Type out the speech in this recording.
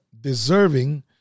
deserving